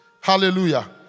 Hallelujah